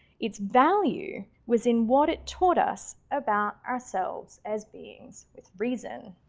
its value was in what it taught us about ourselves as beings with reason.